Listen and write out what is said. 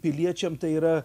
piliečiam tai yra